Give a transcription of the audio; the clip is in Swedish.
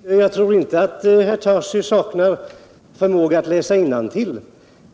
Herr talman! Jag tror inte att herr Tarschys saknar förmåga att läsa innantill.